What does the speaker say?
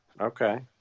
Okay